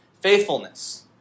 faithfulness